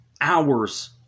hours